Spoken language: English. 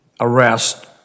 arrest